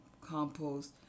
compost